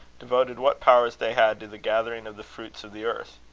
devoted what powers they had to the gathering of the fruits of the earth.